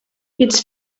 its